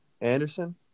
Anderson